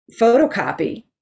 photocopy